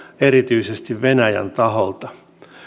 erityisesti venäjän taholta